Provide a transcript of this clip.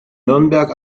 nürnberg